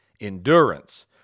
endurance